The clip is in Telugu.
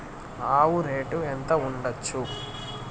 ఆవు రేటు ఎంత ఉండచ్చు?